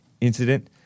incident